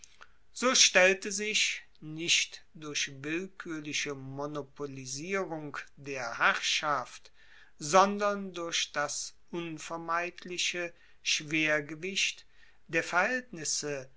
so stellte sich nicht durch willkuerliche monopolisierung der herrschaft sondern durch das unvermeidliche schwergewicht der verhaeltnisse